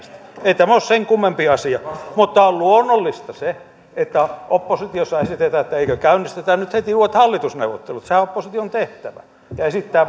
ei tämä ole sen kummempi asia mutta luonnollista on se että oppositiossa esitetään eikö käynnistetä nyt heti uudet hallitusneuvottelut sehän on opposition tehtävä esittää